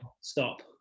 stop